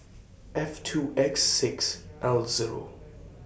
F two X six L Zero